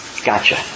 Gotcha